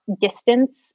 distance